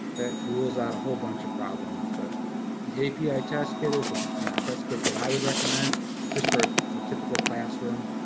that rules out a whole bunch of problems. but the api test kit is the test kit that i would recommend just for a typical classroom.